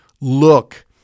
look